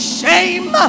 shame